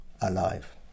alive